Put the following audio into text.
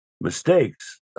mistakes